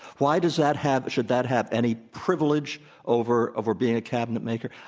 why does that have should that have any privilege over over being a cabinetmaker?